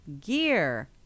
gear